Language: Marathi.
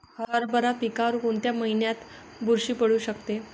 हरभरा पिकावर कोणत्या महिन्यात बुरशी पडू शकते?